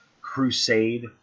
crusade